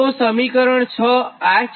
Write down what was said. તો સમીકરણ 6 છે